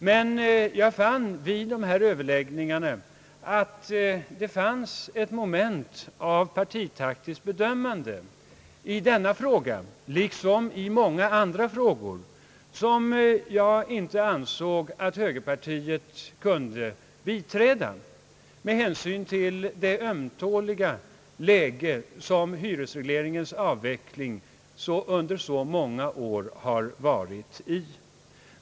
Men jag fann vid dessa överläggningar att det förelåg ett för stort och spektakulärt moment av partitaktiskt bedömande i denna fråga, vilket jag inte ansåg att högerpartiet kunde biträda med hänsyn till det ömtåliga läge som hyresregleringens avveckling under så många år varit i.